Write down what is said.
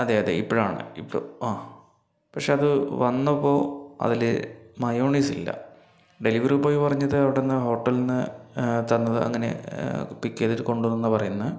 അതെ അതെ ഇപ്പഴാണ് ഇപ്പം ആ പക്ഷേ അത് വന്നപ്പോൾ അതില് മയൊണൈസ് ഇല്ല ഡെലിവറി ബോയ് പറഞ്ഞത് അവിടുന്ന് ഹോട്ടല്ന്ന് തന്നത് അങ്ങനേ പിക്ക് ചെയ്തിട്ട് കൊണ്ടു വന്നെന്നാണ് പറയുന്നത്